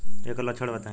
एकर लक्षण बताई?